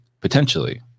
potentially